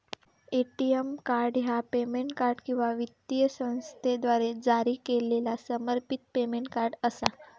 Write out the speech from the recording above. ATM card ह्या payment card किंवा वित्तीय संस्थेद्वारा जारी केलेला समर्पित पेमेंट कार्ड असा